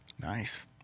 Nice